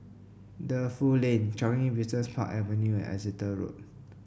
Defu Lane Changi Business Park Avenue and Exeter Road